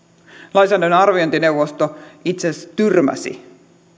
lainsäädännön arviointineuvosto itse asiassa tyrmäsi